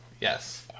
Yes